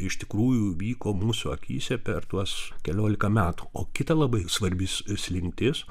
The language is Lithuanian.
iš tikrųjų vyko mūsų akyse per tuos keliolika metų o kita labai svarbi slinktis